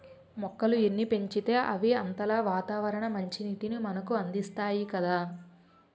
మొక్కలు ఎన్ని పెంచితే అవి అంతలా వాతావరణ మంచినీటిని మనకు అందిస్తాయి కదా